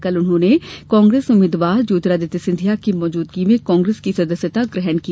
कल उन्होंने कांग्रेस उम्मीद्वार ज्योतिरादित्य सिंधिया की मौजूदगी में कांग्रेस की सदस्यता ग्रहण की